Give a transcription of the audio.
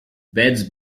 beds